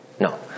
No